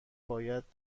باید